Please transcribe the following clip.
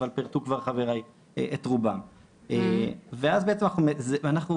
אבל פרטו כבר חבריי את רובם ואז אנחנו בעצם,